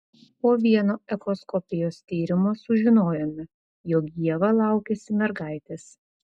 po vieno echoskopijos tyrimo sužinojome jog ieva laukiasi mergaitės